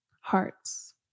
hearts